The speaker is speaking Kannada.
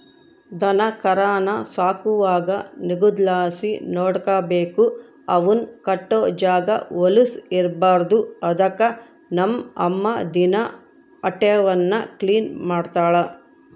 ದನಕರಾನ ಸಾಕುವಾಗ ನಿಗುದಲಾಸಿ ನೋಡಿಕಬೇಕು, ಅವುನ್ ಕಟ್ಟೋ ಜಾಗ ವಲುಸ್ ಇರ್ಬಾರ್ದು ಅದುಕ್ಕ ನಮ್ ಅಮ್ಮ ದಿನಾ ಅಟೇವ್ನ ಕ್ಲೀನ್ ಮಾಡ್ತಳ